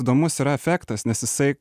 įdomus yra efektas nes jisai